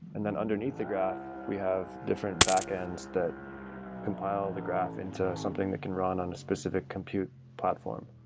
and then underneath the graph we have different back ends that compile the graph into something that can run on a specific compute platform.